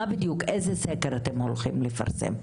איזה סקר אתם הולכים לפרסם?